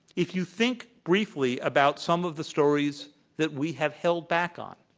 if you think, briefly, about some of the stories that we have held back on,